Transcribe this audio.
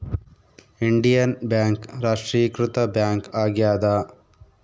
Indian bank ರಾಷ್ಟ್ರೀಕೃತ bank ಆಗ್ಯಾದ